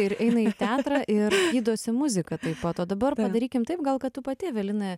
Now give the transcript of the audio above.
ir eina į teatrą ir gydosi muzika taip pat o dabar padarykim taip gal kad tu pati evelina